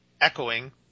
echoing